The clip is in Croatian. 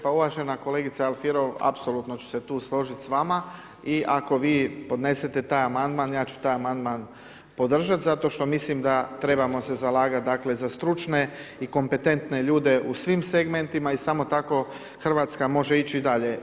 Pa uvažena kolegice Alfirev, apsolutno ću se tu složiti s vama i ako vi podnesete taj amandman, ja ću taj amandman podržati zato što mislim da trebamo se zalagati dakle ta stručne i kompetentne ljude u svim segmentima i samo tako Hrvatska može ići dalje.